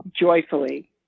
joyfully